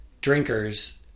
drinkers